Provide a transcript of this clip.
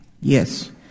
Yes